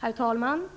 Herr talman!